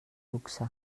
luxe